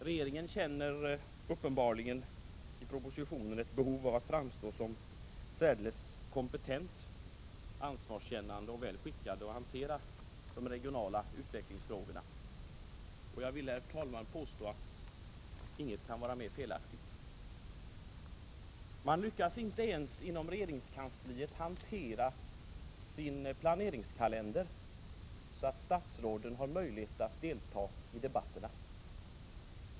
Regeringen känner i propositionen uppenbarli gen ett behov av att framstå som särdeles kompetent, ansvarskännande och väl skickad att hantera de regionala utvecklingsfrågorna, men jag vill, herr talman, påstå att ingenting kan vara mer felaktigt. Inom regeringskansliet lyckas man inte ens hantera sin planeringskalender så att statsråden har möjlighet att delta i debatterna.